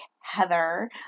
Heather